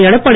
Edappadi